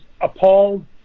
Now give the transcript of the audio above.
appalled